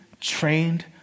trained